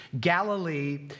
Galilee